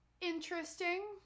interesting